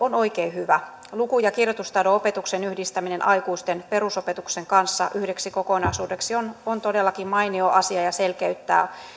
on oikein hyvä luku ja kirjoitustaidon opetuksen yhdistäminen aikuisten perusopetuksen kanssa yhdeksi kokonaisuudeksi on on todellakin mainio asia ja selkeyttää